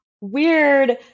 weird